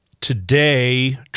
today